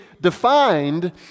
defined